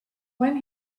when